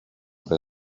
per